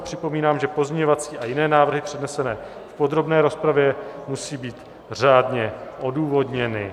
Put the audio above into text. Připomínám, že pozměňovací a jiné návrhy přednesené v podrobné rozpravě musí být řádně odůvodněny.